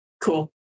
cool